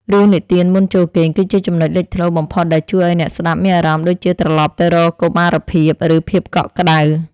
រឿងនិទានមុនចូលគេងគឺជាចំណុចលេចធ្លោបំផុតដែលជួយឱ្យអ្នកស្តាប់មានអារម្មណ៍ដូចជាត្រឡប់ទៅរកកុមារភាព ឬ ភាពកក់ក្តៅ។